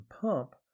pump